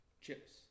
Chips